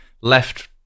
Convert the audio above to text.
left